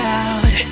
out